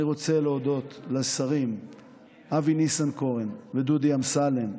אני רוצה להודות לשרים אבי ניסנקורן ודודי אמסלם,